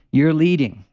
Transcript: you're leading.